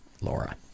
Laura